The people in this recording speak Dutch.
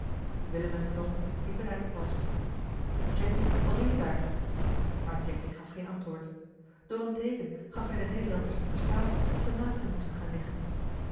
willem en knol liepen naar den plas jacky wat doe je daar maar jacky gaf geen antwoord door een teeken gaf hij den nederlanders te verstaan dat ze naast hem moesten gaan liggen